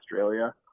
Australia